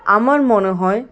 আমার মনে হয়